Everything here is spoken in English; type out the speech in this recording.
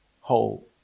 whole